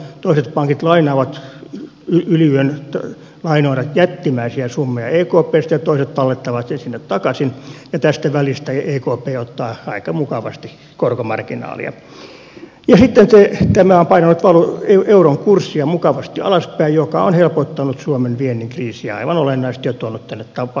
toiset pankit lainaavat yli yön lainoina jättimäisiä summia ekpstä ja toiset tallettavat sen sinne takaisin ja tästä välistä ekp ottaa aika mukavasti korkomarginaalia ja sitten tämä on painanut euron kurssia mukavasti alaspäin mikä on helpottanut suomen viennin kriisiä aivan olennaisesti ja tuonut tänne paljon työpaikkoja